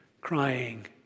crying